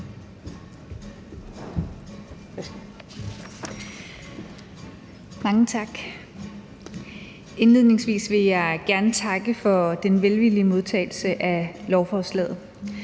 Mange tak. Indledningsvis vil jeg gerne takke for den velvillige modtagelse af lovforslaget.